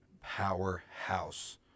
powerhouse